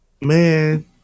man